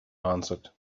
answered